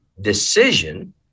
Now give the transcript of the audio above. decision